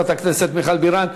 תודה לחברת הכנסת מיכל בירן.